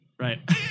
right